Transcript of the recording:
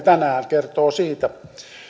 tänään kertoo siitä